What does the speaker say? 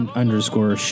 underscore